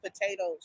Potatoes